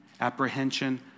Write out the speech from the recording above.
apprehension